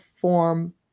form